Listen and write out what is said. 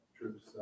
troops